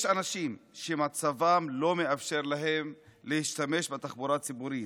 יש אנשים שמצבם לא מאפשר להם להשתמש בתחבורה הציבורית,